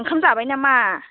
ओंखाम जाबाय नामा